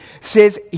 says